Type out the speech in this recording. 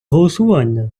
голосування